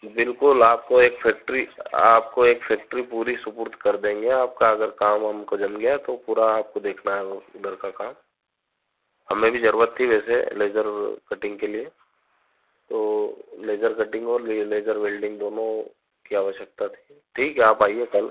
बिल्कुल आपको एक फ़ेक्ट्री आपको एक फ़ेक्ट्री पूरी सुपुर्द कर देंगे आपका अगर काम हमको जम गया तो पूरा आपको देखना है वो उधर का काम हमें भी ज़रूरत थी वैसे लेज़र कटिंग के लिए तो लेज़र कटिंग और लेज़र वेल्डिंग दोनों की आवश्यकता थी ठीक है आप आइए कल